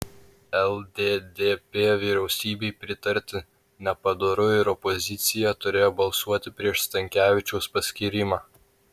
lddp vyriausybei pritarti nepadoru ir opozicija turėjo balsuoti prieš stankevičiaus paskyrimą